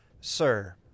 Sir